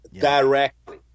directly